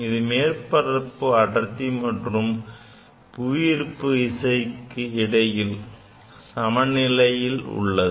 இது மேற்பரப்பு அடர்த்தி மற்றும் புவியீர்ப்பு விசைக்கும் இடையில் சமன்நிலையில் உள்ளது